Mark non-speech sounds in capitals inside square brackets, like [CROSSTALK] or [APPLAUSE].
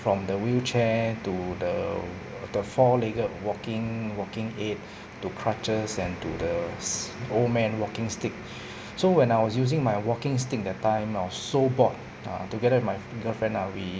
from the wheelchair to the the four legged walking walking aid [BREATH] to crutches and to the s~ old man walking stick [BREATH] so when I was using my walking stick that time I was so bored err together with my girlfriend lah we